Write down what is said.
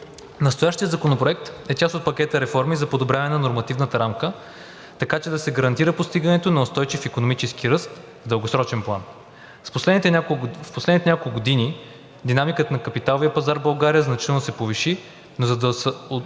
Настоящият законопроект е част от пакета реформи за подобряване на нормативната рамка, така че да се гарантира постигането на устойчив икономически ръст в дългосрочен план. В последните няколко години динамиката на капиталовия пазар в България значително се повиши. За да осигурим